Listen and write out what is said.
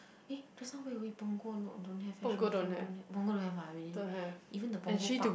eh just now where were we Punggol no don't have eh don't ha~ Punggol don't have ah really even the Punggol park